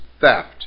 theft